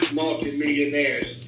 multimillionaires